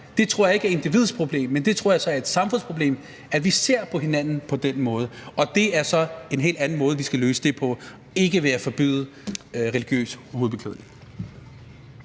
Det tror jeg ikke er individets problem, men det tror jeg så er et samfundsproblem, altså at vi ser på hinanden på den måde. Og det er så en helt anden måde, vi skal løse det på – ikke ved at forbyde religiøs hovedbeklædning.